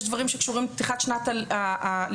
יש דברים שקשורים לפתיחת שנת הלימודים,